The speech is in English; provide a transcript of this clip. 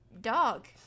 dog